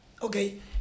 Okay